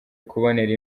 kubonera